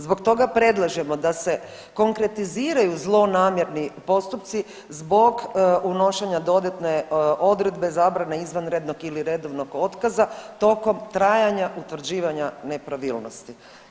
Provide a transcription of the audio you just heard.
Zbog toga predlažemo da se konkretiziraju zlonamjerni postupci zbog unošenja dodatne odredbe zabrane izvanrednog ili redovnog otkaza tokom trajanja utvrđivanja nepravilnosti.